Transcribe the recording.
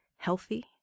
healthy